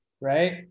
right